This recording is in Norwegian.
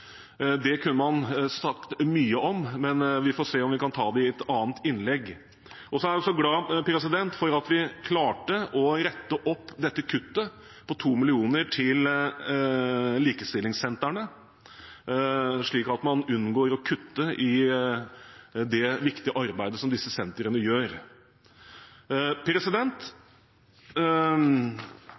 det kunne man sagt mye om, men vi får se om vi kan ta det i et annet innlegg. Jeg er også glad for at vi klarte å rette opp dette kuttet på 2 mill. kr til likestillingssentrene, slik at man unngår å kutte i det viktige arbeidet som disse sentrene gjør.